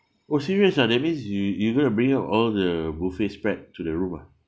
oh serious ah that means you you gonna bring out all the buffet spread to the room ah